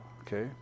okay